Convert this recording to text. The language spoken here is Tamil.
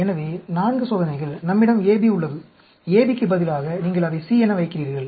எனவே 4 சோதனைகள் நம்மிடம் AB உள்ளது AB க்கு பதிலாக நீங்கள் அதை C என வைக்கிறீர்கள்